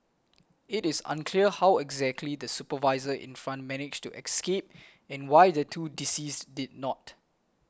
it is unclear how exactly the supervisor in front managed to escape and why the two deceased did not